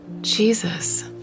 Jesus